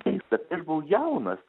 keista kai aš buvau jaunas